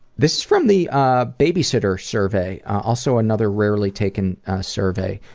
this from the ah babysitter survey, also another rarely taken survey.